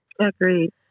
Agreed